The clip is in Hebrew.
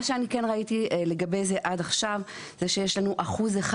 מה שאני כן ראיתי לגבי זה עד עכשיו זה שיש לנו אחוז אחד